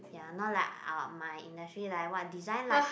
ya not like I my industry like what design like